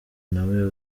nawe